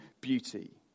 beauty